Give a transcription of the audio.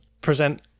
present